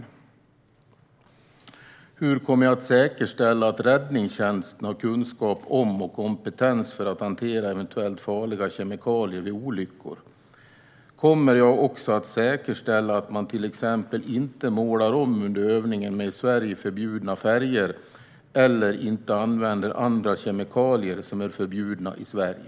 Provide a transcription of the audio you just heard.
Kommer jag också att säkerställa att man till exempel inte målar om under övningen med i Sverige förbjudna färger, eller inte använder andra kemikalier som är förbjudna i Sverige?